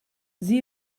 sie